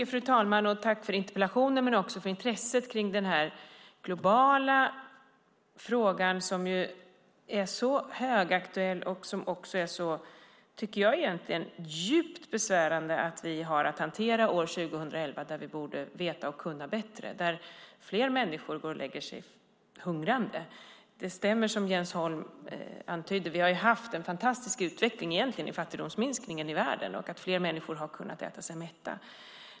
Fru talman! Jag tackar för interpellationen och för intresset för den här högaktuella globala frågan. Det är egentligen djupt besvärande att vi har att hantera den år 2011, då vi borde veta och kunna bättre. Fler människor går och lägger sig hungrande. Det stämmer att vi som Jens Holm antydde egentligen har haft en fantastisk utveckling vad gäller fattigdomsminskningen i världen. Fler människor har kunnat äta sig mätta.